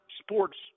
sports